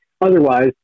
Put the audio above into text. otherwise